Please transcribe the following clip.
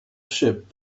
ship